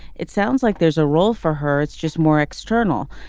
it sounds like there's a role for her it's just more external.